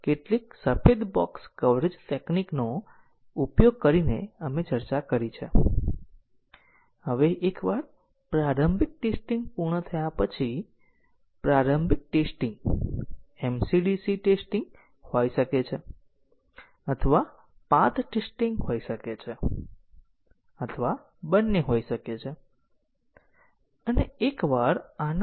તે અમને કોડની ગુણવત્તા વિશે જણાવે છે કે પ્રોગ્રામની અંતિમ વિશ્વસનીયતા શું હશે કે એકવાર તે રિલીઝ થઈ જાય અને ટેસ્ટીંગ નો પ્રયાસ અને પ્રોગ્રામને ચકાસવા માટે જરૂરી ટેસ્ટીંગ કેસોની ન્યૂનતમ સંખ્યા